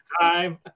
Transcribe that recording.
time